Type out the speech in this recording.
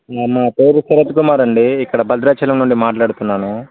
మా పేరు శరత్ కుమారండి ఇక్కడ బద్రాచలం నుండి మాట్లాడుతున్నాను